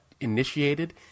initiated